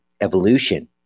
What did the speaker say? evolution